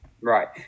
Right